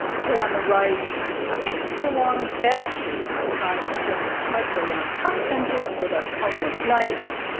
to on the right ah extra long bedsheets designed to fit snugly on park benches for those homeless nights.